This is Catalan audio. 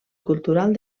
cultural